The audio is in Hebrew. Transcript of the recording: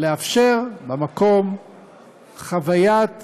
לאפשר במקום חוויית